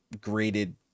graded